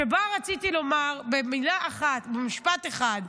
שבו רציתי לומר במשפט אחד: